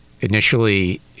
initially